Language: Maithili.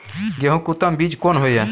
गेहूं के उत्तम बीज कोन होय है?